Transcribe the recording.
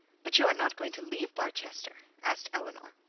but you are not going to leave barchester asked eleanor.